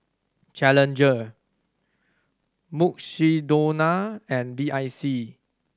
Challenger Mukshidonna and B I C